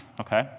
okay